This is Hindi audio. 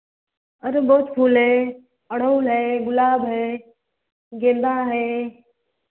अरे बहुत फूल है गुड़हल है गुलाब है गेंदा है